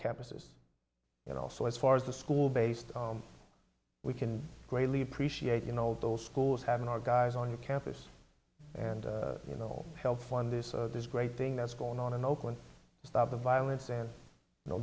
campuses and also as far as the school based we can greatly appreciate you know those schools having our guys on your campus and you know help fund this is a great thing that's going on in oakland stop the violence and you know